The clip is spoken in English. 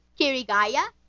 Kirigaya